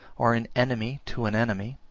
or an enemy to an enemy,